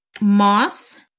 Moss